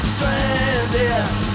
Stranded